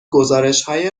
گزارشهای